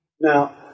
Now